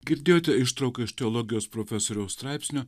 girdėjote ištrauką iš teologijos profesoriaus straipsnio